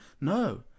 No